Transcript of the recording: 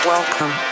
Welcome